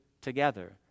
together